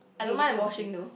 okay you say your say first